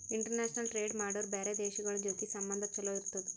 international trade ಮಾಡುರ್ ಬ್ಯಾರೆ ದೇಶಗೋಳ್ ಜೊತಿ ಸಂಬಂಧ ಛಲೋ ಇರ್ತುದ್